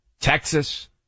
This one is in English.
Texas